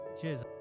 Cheers